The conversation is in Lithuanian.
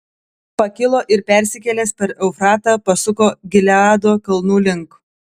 pakilo ir persikėlęs per eufratą pasuko gileado kalnų link